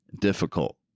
difficult